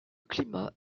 climat